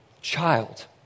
child